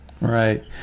Right